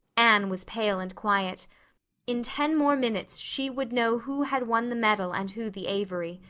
anne was pale and quiet in ten more minutes she would know who had won the medal and who the avery.